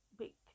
big